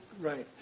right.